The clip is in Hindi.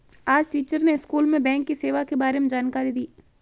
आज टीचर ने स्कूल में बैंक की सेवा के बारे में जानकारी दी